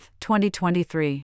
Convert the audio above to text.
2023